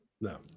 No